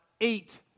eight